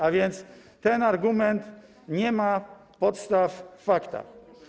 A więc ten argument nie ma podstaw w faktach.